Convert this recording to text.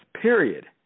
period